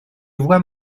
vois